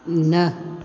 न